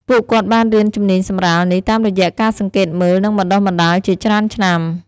ពួកគាត់បានរៀនជំនាញសម្រាលនេះតាមរយៈការសង្កេតមើល និងបណ្តុះបណ្ដាលជាច្រើនឆ្នាំ។